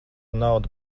naudu